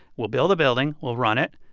we'll build the building. we'll run it.